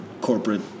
corporate